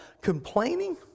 complaining